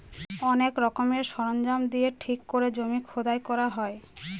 অনেক রকমের সরঞ্জাম দিয়ে ঠিক করে জমি খোদাই করা হয়